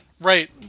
Right